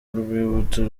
urwibutso